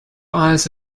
eyes